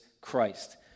Christ